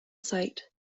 site